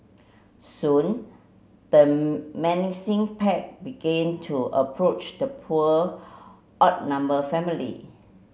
soon the menacing pack begin to approach the poor outnumber family